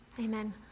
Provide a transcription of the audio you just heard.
Amen